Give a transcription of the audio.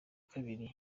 kabiri